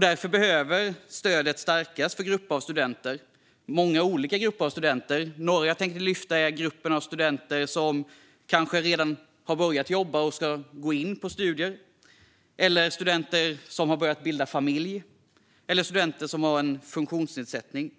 Därför behöver stödet stärkas för många olika grupper av studenter. Några grupper som jag vill lyfta fram är den grupp studenter som kanske redan har börjat jobba och ska gå till studier, studenter som har börjat bilda familj och studenter som har en funktionsnedsättning.